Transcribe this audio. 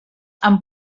amb